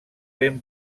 ben